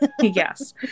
Yes